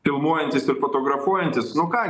filmuojantis ir fotografuojantis nu ką